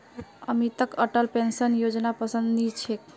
अमितक अटल पेंशन योजनापसंद नी छेक